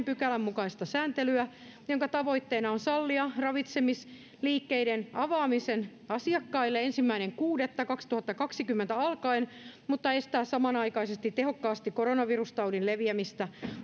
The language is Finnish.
pykälän mukaista sääntelyä jonka tavoitteena on sallia ravitsemisliikkeiden avaaminen asiakkaille ensimmäinen kuudetta kaksituhattakaksikymmentä alkaen mutta estää samanaikaisesti tehokkaasti koronavirustaudin leviämistä